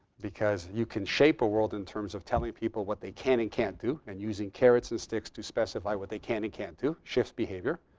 because you can shape a world in terms of telling people what they can and can't do and using carrots and sticks to specify what they can and can't do, shift behavior,